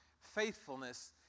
faithfulness